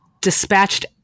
dispatched